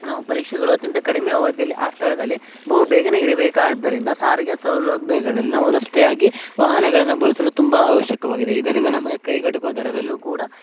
ನಾವು ಪರೀಕ್ಷೆಗಳು ಅತ್ಯಂತ ಕಡಿಮೆ ಅವಧಿಯಲ್ಲಿ ಆ ಸ್ಥಳದಲ್ಲಿ ಬಹು ಬೇಗನೆ ಇರಬೇಕಾದ್ದರಿಂದ ಸಾರಿಗೆ ಸೌಲಭ್ಯಗಳಲ್ಲಿ ನಾವು ರಸ್ತೆಯಾಗಿ ವಾಹನಗಳನ್ನು ಬಳಸಲು ತುಂಬ ಆವಶ್ಯಕವಾಗಿದೆ ಇದರಿಂದ ನಮಗೆ ಕೈಗೆಟುಕುವ ದರದಲ್ಲೂ ಕೂಡ